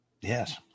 Yes